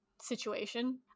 situation